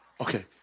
Okay